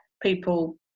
people